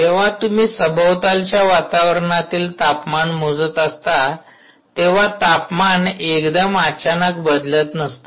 जेंव्हा तुम्ही सभोवतालच्या वातावरणातील तापमान मोजत असता तेंव्हा तापमान एकदम अचानक बदलत नसत